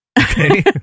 Okay